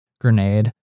grenade